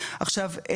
עכשיו,